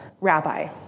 rabbi